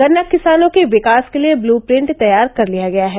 गन्ना किसानों के विकास के लिये ब्लू प्रिंट तैयार कर लिया गया है